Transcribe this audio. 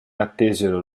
attesero